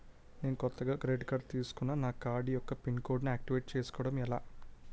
నేను కొత్తగా credit card తిస్కున్నా నా కార్డ్ యెక్క పిన్ కోడ్ ను ఆక్టివేట్ చేసుకోవటం ఎలా?